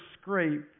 scrape